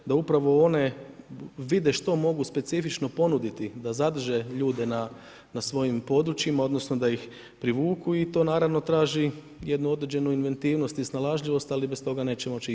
Da upravo one, vide što mogu specifično ponuditi, da zadrže ljude na svojim područjima, odnosno, da ih privuku i to naravno traži jednu određenu inventivnost i snalažljivost, ali bez toga neće moći ići.